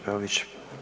Peović.